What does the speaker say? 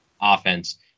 offense